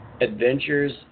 adventures